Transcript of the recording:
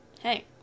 hey